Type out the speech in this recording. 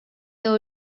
their